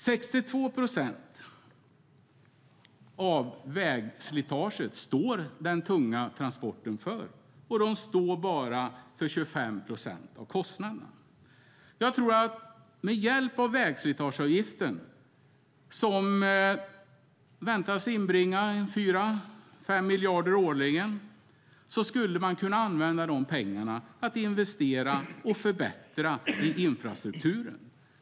62 procent av vägslitaget står de tunga transporterna för, och de står för enbart 25 procent av kostnaderna. Med hjälp av vägslitageavgiften, som väntas inbringa 4-5 miljarder årligen, kan man investera och förbättra i infrastrukturen.